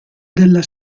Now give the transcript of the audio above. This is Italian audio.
della